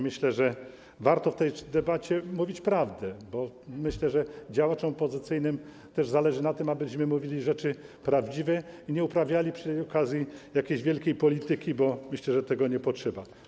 Myślę, że warto w tej debacie mówić prawdę, myślę, że działaczom opozycyjnym też zależy na tym, abyśmy mówili rzeczy prawdziwe i nie uprawiali przy okazji jakiejś wielkiej polityki, myślę, że tego nie potrzeba.